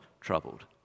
troubled